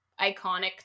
iconic